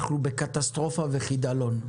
אנחנו בקטסטרופה וחידלון.